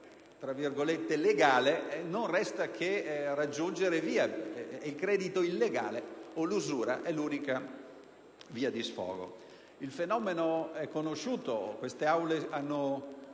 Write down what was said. il credito "legale", non resta che raggiungere il credito illegale o l'usura, che sono l'unica via di sfogo. Il fenomeno è conosciuto. Queste Aule hanno